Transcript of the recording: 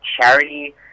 charity